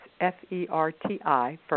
F-E-R-T-I